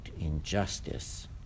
injustice